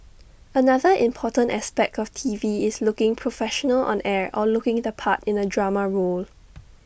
another important aspect of T V is looking professional on air or looking the part in A drama role